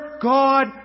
God